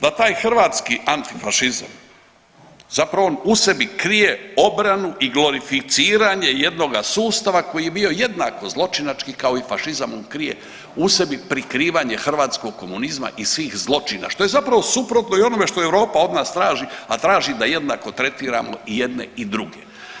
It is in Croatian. Da taj hrvatski antifašizam zapravo on u sebi krije obranu i glorificiranje jednoga sustava koji je bio jednako zločinački kao i fašizam, od krije u sebi prikrivanje hrvatskog komunizma i svih zločina što je zapravo suprotno i onome što Europa od nas traži, a traži da jednako tretiramo i jedne i druge.